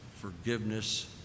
forgiveness